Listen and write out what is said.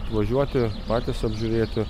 atvažiuoti patys apžiūrėti